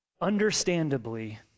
Understandably